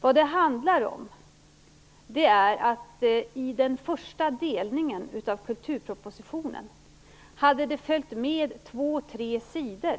Vad det handlar om är att det vid den första delningen av kulturpropositionen följde med två tre sidor